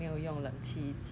then